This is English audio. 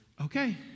Okay